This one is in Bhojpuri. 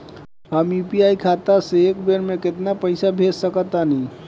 हम यू.पी.आई खाता से एक बेर म केतना पइसा भेज सकऽ तानि?